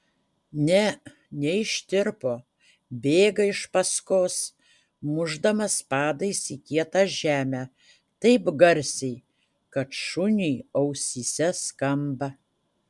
ne neištirpo bėga iš paskos mušdamas padais į kietą žemę taip garsiai kad šuniui ausyse skamba